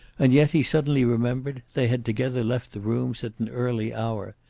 and yet, he suddenly remembered, they had together left the rooms at an early hour.